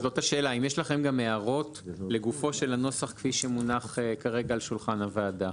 האם יש הערות לגוף הנוסח כפי שמונח כרגע על שולחן הוועדה?